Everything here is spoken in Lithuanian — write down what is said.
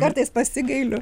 kartais pasigailiu